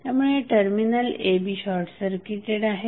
त्यापुढे terminal a b short circuited आहेत